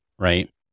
Right